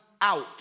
out